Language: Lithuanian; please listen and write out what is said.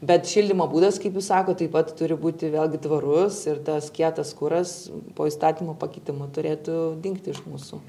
bet šildymo būdas kaip jūs sakot taip pat turi būti vėlgi tvarus ir tas kietas kuras po įstatymo pakeitimų turėtų dingti iš mūsų